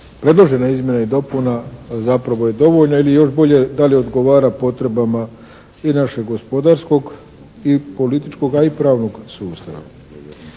predložena izmjena i dopuna zapravo je dovoljna ili još bolje da li odgovara potrebama i našeg gospodarskog i političkog, a i pravnog sustava.